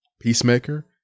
Peacemaker